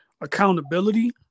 accountability